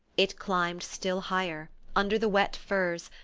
it climbed still higher, under the wet firs,